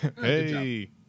Hey